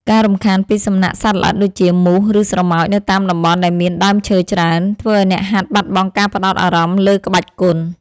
ការរំខានពីសំណាក់សត្វល្អិតដូចជា មូស ឬស្រមោច នៅតាមតំបន់ដែលមានដើមឈើច្រើន ធ្វើឱ្យអ្នកហាត់បាត់បង់ការផ្ដោតអារម្មណ៍លើក្បាច់គុណ។